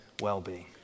well-being